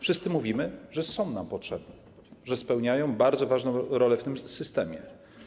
Wszyscy mówimy, że są nam potrzebne, że spełniają bardzo ważną rolę w tym systemie.